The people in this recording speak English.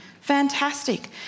Fantastic